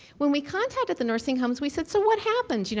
when we contacted the nursing homes we said, so, what happened, you know,